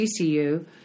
CCU